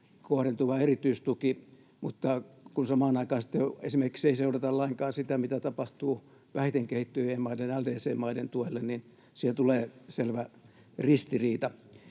kohdentuva erityistuki, mutta kun samaan aikaan sitten esimerkiksi ei seurata lainkaan sitä, mitä tapahtuu vähiten kehittyneiden maiden, LDC-maiden, tuelle, niin siihen tulee selvä ristiriita.